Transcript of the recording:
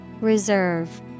Reserve